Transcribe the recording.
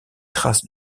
traces